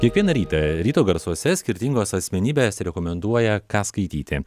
kiekvieną rytą ryto garsuose skirtingos asmenybės rekomenduoja ką skaityti